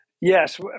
Yes